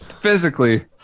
physically